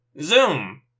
Zoom